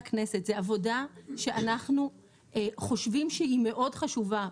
עבודה שאנחנו חושבים שהיא מאוד חשובה,